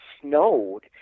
snowed